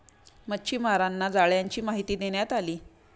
मच्छीमारांना जाळ्यांची माहिती देण्यात आली